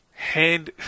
hand